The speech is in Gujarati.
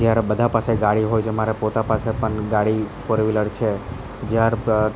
જ્યારે બધા પાસે ગાડી હોય છે મારે પોતા પાસે પન ગાડી ફોર વીલર છે જ્યારે